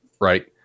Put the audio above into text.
right